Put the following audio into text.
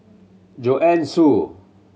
Joanne Soo